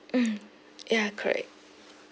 mm ya correct